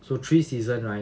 so three season right